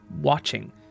watching